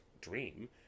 dream